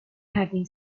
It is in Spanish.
jardín